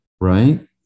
right